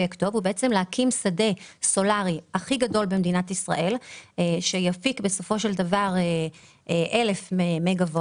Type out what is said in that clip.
שדה סולארי הכי גדול במדינת ישראל שיפיק 1,000 מגה וואט,